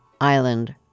Island